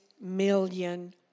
million